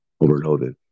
overloaded